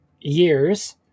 years